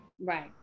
right